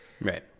Right